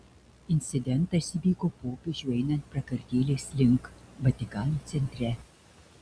incidentas įvyko popiežiui einant prakartėlės link vatikano centre